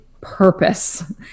purpose